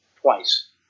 twice